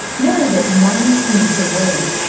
married at nineteen to wayne,